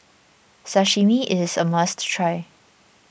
Sashimi is a must try